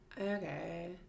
okay